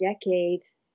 decades